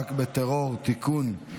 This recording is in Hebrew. המאבק בטרור (תיקון,